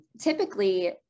Typically